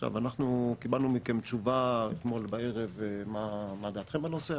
עכשיו אנחנו קיבלנו מכם תשובה אתמול בערב מה דעתכם בנושא?